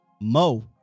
Mo